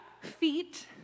feet